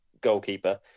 goalkeeper